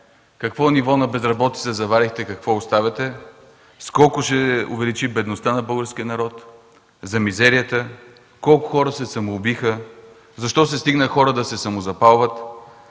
какво ниво на безработица заварихте и какво оставяте, с колко се увеличи бедността на българския народ, мизерията, колко хора се самоубиха, защо се стигна хора да се самозапалват?